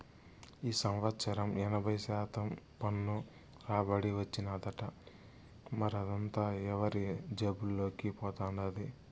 ఈ సంవత్సరం ఎనభై శాతం పన్ను రాబడి వచ్చినాదట, మరదంతా ఎవరి జేబుల్లోకి పోతండాది